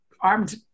armed